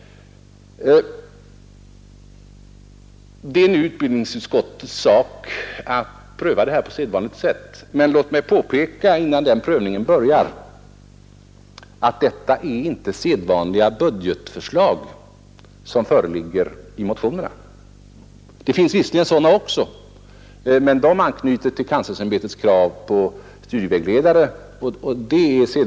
Det är nu utbildningsutskottets sak att pröva detta på sedvanligt sätt. Låt mig dock innan den prövningen börjar påpeka att det inte är vanliga budgetförslag som föreligger i motionerna. Det finns visserligen några sådana också, men de anknyter till kanslersämbetets krav på studievägledare.